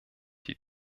die